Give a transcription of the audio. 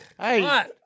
Hey